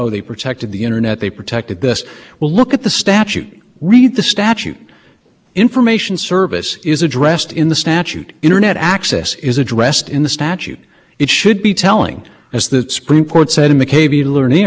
honor what i would say is look carefully at the def the f c c is definition of broadband internet access services the capability to transmit data to substantially all internet endpoints how is that any different from the statutory definition